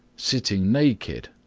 sitting naked,